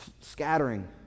scattering